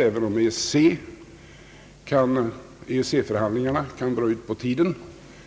även om EEC förhandlingarna kan dra ut på tiden